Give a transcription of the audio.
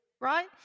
right